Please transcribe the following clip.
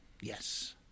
Yes